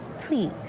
please